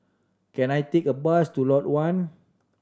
can I take a bus to Lot One